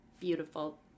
beautiful